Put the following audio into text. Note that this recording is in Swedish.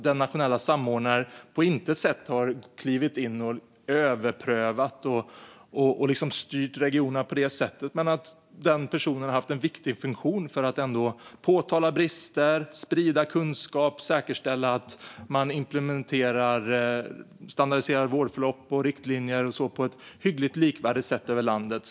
Den nationella samordnaren har på intet sätt klivit in och överprövat eller styrt regionerna på det sättet, utan den personen har haft en viktig funktion för att påtala brister, sprida kunskap och säkerställa att standardiserade vårdförlopp och riktlinjer implementeras på ett hyggligt likvärdigt sätt över hela landet.